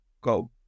go